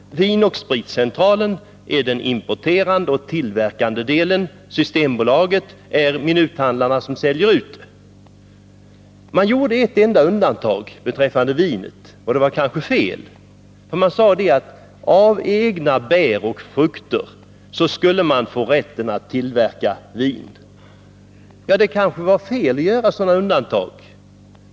Vin & Spritcentralen är den importerande och tillverkande delen, Systembolagets butiker är minuthandlarna som säljer ut. Man gjorde ett enda undantag beträffande vinet. Man sade att folk skulle få rätt att tillverka vin av egna bär och frukter. Det kanske var fel att göra sådana undantag.